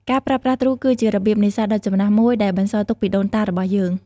ការប្រើប្រាស់ទ្រូ គឺជារបៀបនេសាទដ៏ចំណាស់មួយដែលបន្សល់ទុកពីដូនតារបស់យើង។